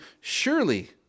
Surely